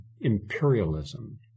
imperialism